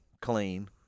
clean